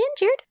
injured